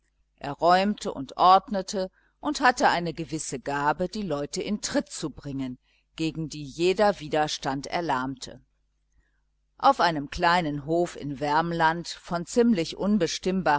er räumte und ordnete und hatte eine gewisse gabe die leute in tritt zu bringen gegen die jeder widerstand erlahmte auf einem kleinen hof in wermland von ziemlich